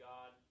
God